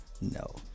no